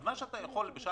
אז מה שאתה יכול לצמצם,